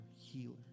healer